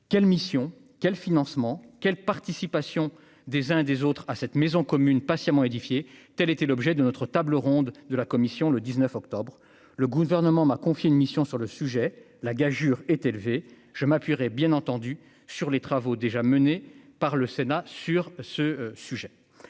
quelle mission, quel financement quelle participation des uns et des autres à cette maison commune, patiemment, telle était l'objet de notre table ronde de la commission le 19 octobre le gouvernement m'a confié une mission sur le sujet, la gageure est élevé, je m'appuierai bien entendu sur les travaux déjà menés par le Sénat sur ce sujet